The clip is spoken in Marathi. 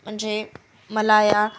म्हणजे मला या